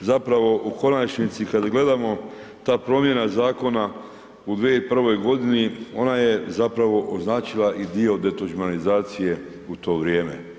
zapravo u konačnici kada gledamo ta promjena zakona u 2001. ona je zapravo označila i dio detuđmanizacije u to vrijeme.